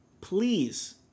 please